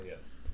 yes